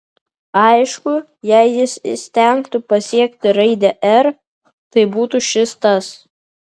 aišku jei jis įstengtų pasiekti raidę r tai būtų šis tas